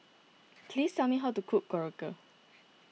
please tell me how to cook Korokke